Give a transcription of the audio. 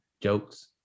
jokes